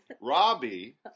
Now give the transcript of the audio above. Robbie